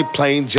Plain